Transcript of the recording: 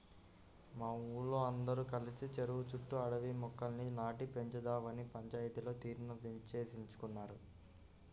మా ఊరోల్లందరం కలిసి చెరువు చుట్టూ అడవి మొక్కల్ని నాటి పెంచుదావని పంచాయతీలో తీర్మానించేసుకున్నాం